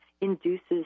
induces